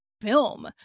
film